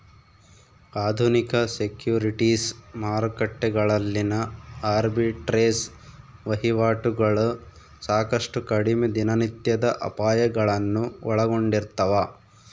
ಆಧುನಿಕ ಸೆಕ್ಯುರಿಟೀಸ್ ಮಾರುಕಟ್ಟೆಗಳಲ್ಲಿನ ಆರ್ಬಿಟ್ರೇಜ್ ವಹಿವಾಟುಗಳು ಸಾಕಷ್ಟು ಕಡಿಮೆ ದಿನನಿತ್ಯದ ಅಪಾಯಗಳನ್ನು ಒಳಗೊಂಡಿರ್ತವ